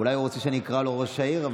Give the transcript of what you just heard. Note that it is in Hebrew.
אולי הוא רוצה שאני אקרא לו ראש העיר,